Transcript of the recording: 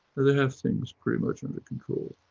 they have things pretty much under control.